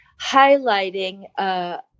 highlighting